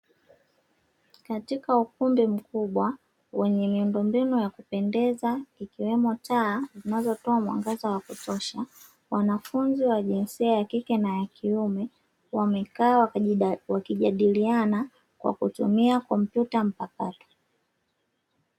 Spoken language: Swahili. Katika ukumbi mkubwa wenye miundombinu ya kupendeza; ikiwemo taa zinazotoa mwangaza wa kutosha, wanafunzi wa jinsia ya kike na ya kiume, wamekaa wakijadiliana kwa kutumia kompyuta mpakato.